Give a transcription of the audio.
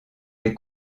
les